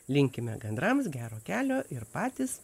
linkime gandrams gero kelio ir patys